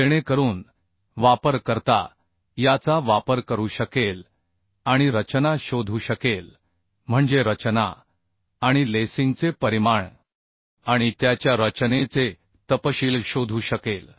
जेणेकरून वापरकर्ता याचा वापर करू शकेल आणि रचना शोधू शकेल म्हणजे रचना आणि लेसिंगचे परिमाण आणि त्याच्या रचनेचे तपशील शोधू शकेल